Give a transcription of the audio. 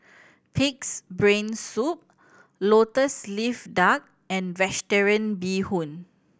Pig's Brain Soup Lotus Leaf Duck and Vegetarian Bee Hoon